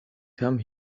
come